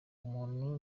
ubuntu